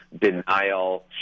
denial